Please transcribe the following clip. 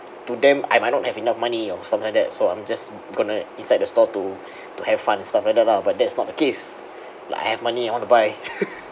to them I might not have enough money or stuff like that so I'm just gonna inside the store to to have fun and stuff like that lah but that's not the case like I have money I want to buy